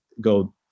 go